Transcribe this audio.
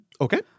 okay